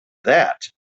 that